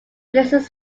places